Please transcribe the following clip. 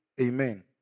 Amen